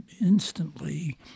instantly